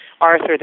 Arthur